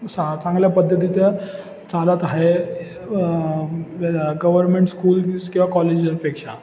चा चांगल्या पद्धतीचं चालत आहे व्य गव्हर्मेंट स्कूल्स किंवा कॉलेजेसपेक्षा